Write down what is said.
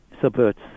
subverts